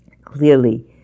Clearly